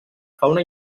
fauna